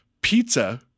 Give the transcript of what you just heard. pizza